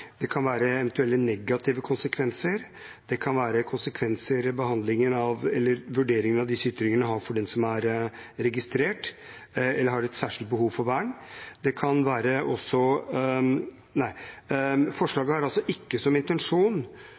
det kan være eventuelle negative konsekvenser, det kan være en vurdering av konsekvensen disse ytringene har for den som er registrert eller har et særskilt behov for vern. Forslaget har altså ikke som intensjon